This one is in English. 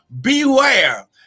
beware